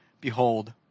Behold